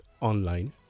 online